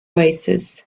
oasis